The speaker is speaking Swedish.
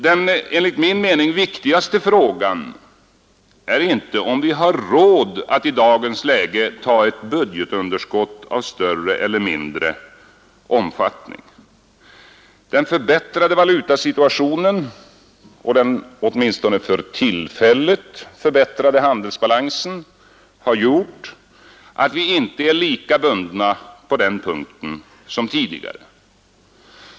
Den enligt min mening viktigaste frågan är inte om vi har råd att i dagens läge ta ett budgetunderskott av större eller mindre omfattning. Den förbättrade valutasituationen och den åtminstone för tillfället förbättrade handelsbalansen har gjort att vi inte är lika bundna på den punkten som tidigare.